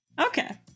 Okay